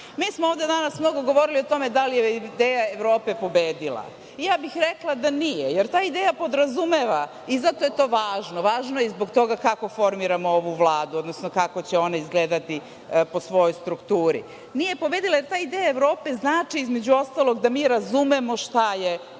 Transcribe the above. smo ovde danas mnogo govorili o tome da li je ideja Evrope pobedila. Rekla bih da nije, jer ta ideja podrazumeva i zato je to važno, važno je i zbog toga kako formiramo ovu Vladu, odnosno kako će ona izgledati po svojoj strukturi. Nije pobedila jer taj deo Evrope znači, između ostalog, da mi razumemo šta je uloga